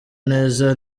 neza